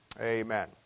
Amen